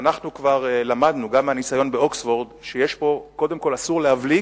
ואנחנו כבר למדנו מהניסיון באוקספורד שקודם כול אסור להבליג,